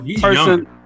person